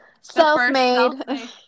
Self-made